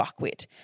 fuckwit